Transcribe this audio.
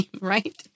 right